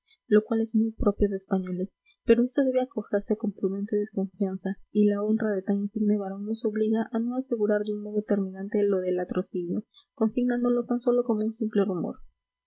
lo cual es muy propio de españoles pero esto debe acogerse con prudente desconfianza y la honra de tan insigne varón nos obliga a no asegurar de un modo terminante lo del latrocinio consignándolo tan sólo como un simple rumor